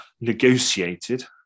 negotiated